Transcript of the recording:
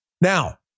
Now